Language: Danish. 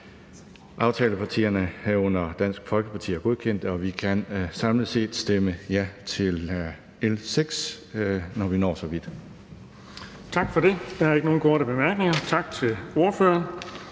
Aftalepartierne, herunder Dansk Folkeparti, har godkendt det, og vi kan samlet set stemme ja til L 6, når vi når så vidt. Kl. 11:56 Den fg. formand (Erling Bonnesen): Tak for det. Der er ikke nogen korte bemærkninger. Tak til ordføreren.